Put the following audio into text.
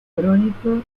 crónico